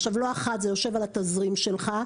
לא אחת זה יושב על התזרים שלך,